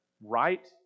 right